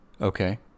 Okay